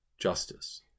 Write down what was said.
justice